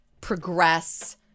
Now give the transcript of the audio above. progress